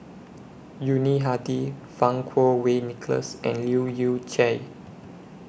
Yuni Hadi Fang Kuo Wei Nicholas and Leu Yew Chye